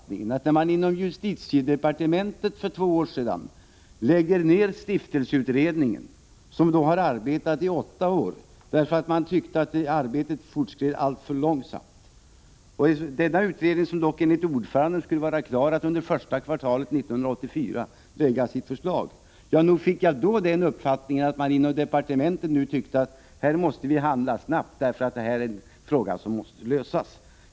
När man inom justitiedepartementet för två år sedan lade ned stiftelseutredningen, som hade arbetat åtta år, därför att man tyckte att arbetet fortskred alltför långsamt men som dock enligt dess ordförande skulle vara klar att under första kvartalet 1984 lägga fram sitt förslag, då fick jag uppfattningen att man inom departementet tyckte att vi här måste handla snabbt, därför att det här är en fråga som måste lösas.